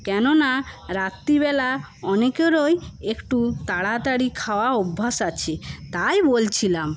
কেননা রাত্রিবেলা অনেকেরই একটু তাড়াতাড়ি খাওয়া অভ্যাস আছে তাই বলছিলাম